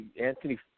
Anthony